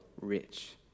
rich